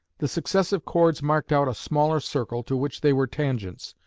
the successive chords marked out a smaller circle to which they were tangents,